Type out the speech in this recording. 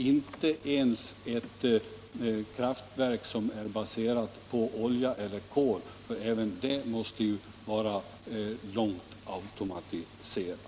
Inte ens ett kraftverk som är baserat på olja eller kol är särskilt sysselsättningsfrämjande, eftersom även ett sådant måste vara långt automatiserat.